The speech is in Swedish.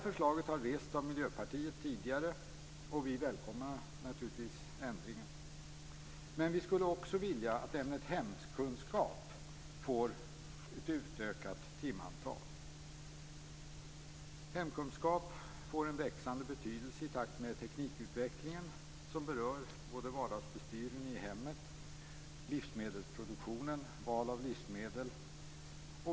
Förslaget har rests av Miljöpartiet tidigare, och vi välkomnar naturligtvis ändringen. Men vi skulle också vilja att ämnet hemkunskap får ett utökat timantal. Hemkunskap får en växande betydelse i takt med teknikutvecklingen som berör vardagsbestyren i hemmet, livsmedelsproduktionen och valen av livsmedel.